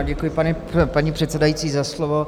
Děkuji, paní předsedající, za slovo.